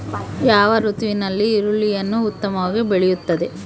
ಯಾವ ಋತುವಿನಲ್ಲಿ ಈರುಳ್ಳಿಯು ಉತ್ತಮವಾಗಿ ಬೆಳೆಯುತ್ತದೆ?